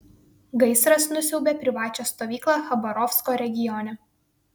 gaisras nusiaubė privačią stovyklą chabarovsko regione